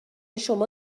شما